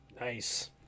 Nice